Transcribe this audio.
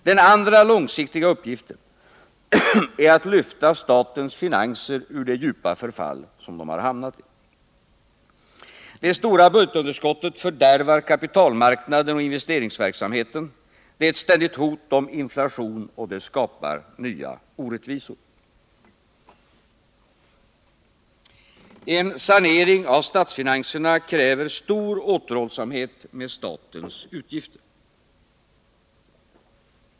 Den andra långsiktiga uppgiften är att lyfta statens finanser ur det djupa förfall som de hamnat i. Det stora budgetunderskottet fördärvar kapitalmarknaden och investeringsverksamheten, det är ett ständigt hot om inflation och det skapar nya orättvisor. En sanering av statsfinanserna kräver stor återhållsamhet med statens utgifter.